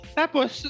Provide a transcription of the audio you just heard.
tapos